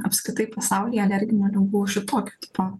apskritai pasaulyje alerginių ligų šitokio tipo